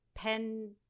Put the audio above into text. Pen